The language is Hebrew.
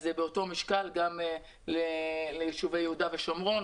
אז באותו משקל צריך לתעדף גם את יהודה ושומרון.